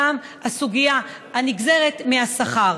הסוגיה הנגזרת מהשכר.